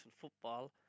football